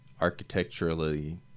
architecturally